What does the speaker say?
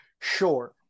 Sure